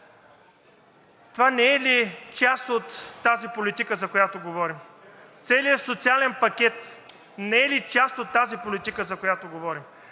това не е ли част от тази политика, за която говорим? Целият социален пакет не е ли част от тази политика, за която говорим?